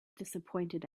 disappointed